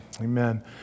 Amen